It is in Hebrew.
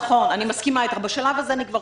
אני רוצה